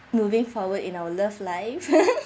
moving forward in our love life